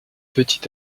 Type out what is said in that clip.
petit